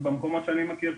ובמקומות שאני מכיר,